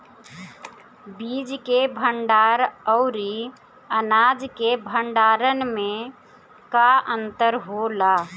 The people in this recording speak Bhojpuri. बीज के भंडार औरी अनाज के भंडारन में का अंतर होला?